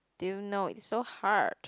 do you know it's so hard